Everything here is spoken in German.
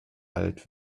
alt